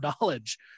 knowledge